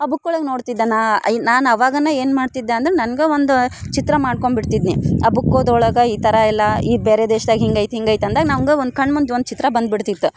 ಆ ಬುಕ್ ಒಳಗೆ ನೋಡ್ತಿದ್ದ ನಾನು ಐ ನಾನು ಆವಾಗೇನೆ ಏನು ಮಾಡ್ತಿದ್ದೆ ಅಂದ್ರೆ ನನ್ಗೆ ಒಂದು ಚಿತ್ರ ಮಾಡ್ಕೊಂಡ್ಬಿಡ್ತಿದ್ನಿ ಆ ಬುಕ್ ಓದಿ ಒಳಗೆ ಈ ಥರ ಎಲ್ಲ ಈ ಬೇರೆ ದೇಶ್ದಾಗ ಹಿಂಗಾಯ್ತು ಹಿಂಗಾಯ್ತು ಅಂದಾಗ ನಮ್ಗೆ ಒಂದು ಕಣ್ಣ ಮುಂದೆ ಒಂದು ಚಿತ್ರ ಬಂದ್ಬಿಡ್ತಿತ್ತು